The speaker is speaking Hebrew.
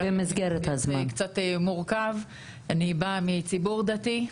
אני באה מציבור דתי.